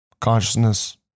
consciousness